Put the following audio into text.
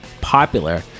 popular